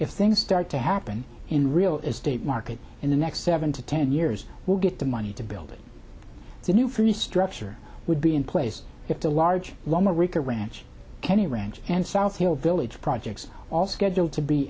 if things start to happen in real estate market in the next seven to ten years we'll get the money to build the new family structure would be in place if the large llama reka ranch canyon ranch and southfield village projects all scheduled to be